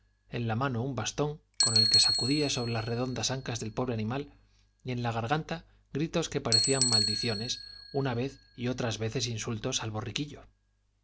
en la ira mano un bastón con el que sacudía sobre las redondas ancas del pobre animal y en la garganta gritos que parecían maldiciones unas veces y otras veces insultos al borriquillo